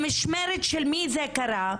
במשמרת של מי זה קרה?